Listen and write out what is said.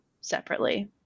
separately